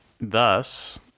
Thus